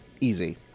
Easy